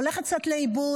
הולכת קצת לאיבוד,